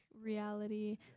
reality